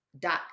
dot